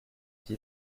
qui